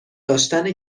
داشتن